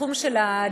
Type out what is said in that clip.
התחום של הדיור,